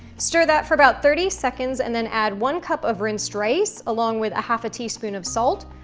stir that for about thirty seconds and then add one cup of rinsed rice along with a half a teaspoon of salt,